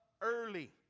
early